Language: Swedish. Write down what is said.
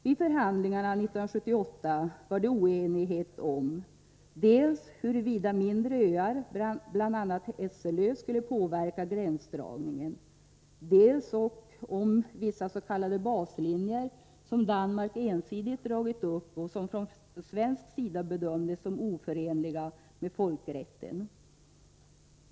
Vid förhandlingarna 1978 var det oenighet dels om huruvida mindre öar — bl.a. Hesselö — skulle påverka gränsdragningen, dels beträffande hur vissa s.k. baslinjer skulle bedömas, som Danmark ensidigt dragit upp och som från svensk sida ansågs vara oförenliga med folkrätten.